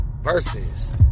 versus